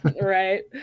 Right